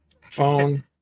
phone